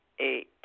Eight